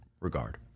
regard